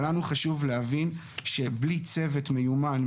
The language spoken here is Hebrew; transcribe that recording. אבל לנו חשוב להבין שבלי צוות מיומן,